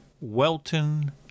Welton